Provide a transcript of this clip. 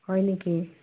হয় নেকি